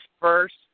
first